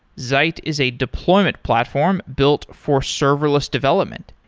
zeit is a deployment platform built for serverless development.